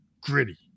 gritty